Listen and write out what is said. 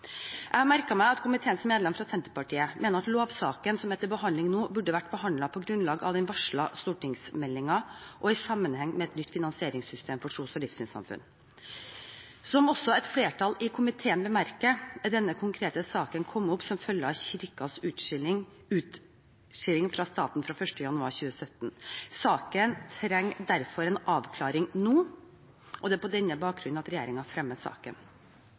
Jeg har merket meg at komiteens medlem fra Senterpartiet mener at lovsaken som er til behandling nå, burde vært behandlet på grunnlag av den varslede stortingsmeldingen og i sammenheng med et nytt finansieringssystem for tros- og livssynssamfunn. Som også et flertall i komiteen bemerker, er denne konkrete saken kommet opp som følge av kirkens utskilling fra staten fra 1. januar 2017. Saken trenger derfor en avklaring nå, og det er på denne bakgrunn at regjeringen fremmer saken.